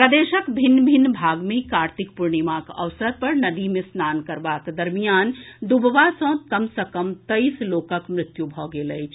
प्रदेशक भिन्न भिन्न भाग मे कार्तिक पूर्णिमाक अवसर पर नदी मे स्नान करबाक दरमियान डुबवा सँ कम सऽ कम तेईस लोकक मृत्यु भऽ गेल अछि